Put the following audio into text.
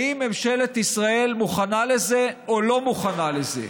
האם ממשלת ישראל מוכנה לזה או לא מוכנה לזה?